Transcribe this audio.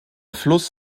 fluss